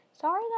Sorry